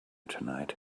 tonight